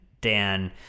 Dan